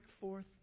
forth